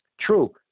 True